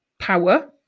Power